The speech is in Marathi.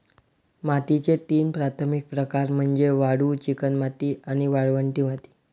मातीचे तीन प्राथमिक प्रकार म्हणजे वाळू, चिकणमाती आणि वाळवंटी माती